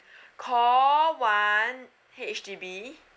call one H_D_B